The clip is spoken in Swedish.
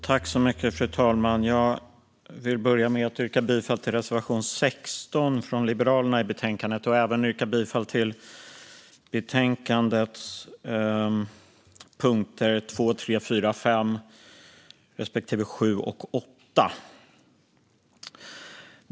Fru talman! Jag vill börja med att yrka bifall till reservation 16 från Liberalerna i betänkandet och även till betänkandets punkter 2, 3, 4, 5 respektive 7 och 8.